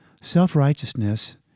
Self-righteousness